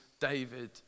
David